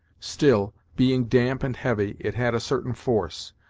still, being damp and heavy, it had a certain force.